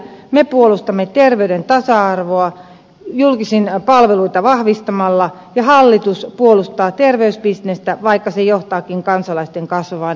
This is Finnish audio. me puolustamme terveyden tasa arvoa julkisia palveluita vahvistamalla ja hallitus puolustaa terveysbisnestä vaikka se johtaakin kansalaisten kasvavaan eriarvoisuuteen